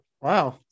Wow